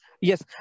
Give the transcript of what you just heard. Yes